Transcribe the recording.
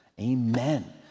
Amen